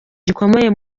gikomeye